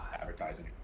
advertising